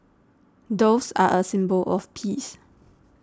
doves are a symbol of peace